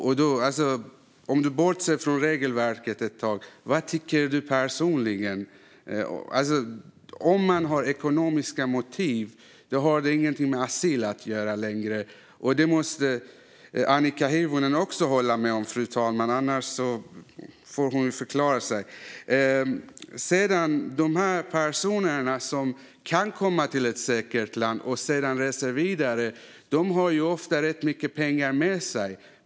Om Annika Hirvonen bortser från regelverket ett tag, vad tycker hon personligen? Om man har ekonomiska motiv har det inte längre något med asyl att göra. Det måste Annika Hirvonen också hålla med om, annars får hon förklara sig. De personer som kan komma till ett säkert land och sedan reser vidare har ofta rätt mycket pengar med sig.